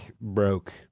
broke